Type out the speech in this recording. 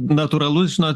natūralus žinot